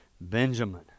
Benjamin